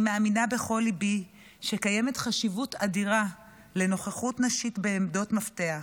אני מאמינה בכל ליבי שקיימת חשיבות אדירה לנוכחות נשים בעמדות מפתח.